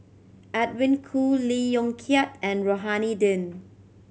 Edwin Koo Lee Yong Kiat and Rohani Din